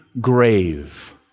grave